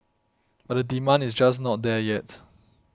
but demand is just not there yet